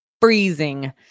freezing